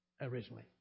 originally